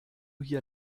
hier